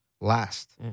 last